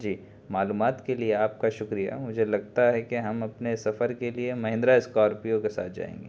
جی معلومات کے لیے آپ کا شکریہ مجھے لگتا ہے کہ ہم اپنے سفر کے لیے مہندرا اسکارپیو کے ساتھ جائیں گے